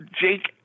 Jake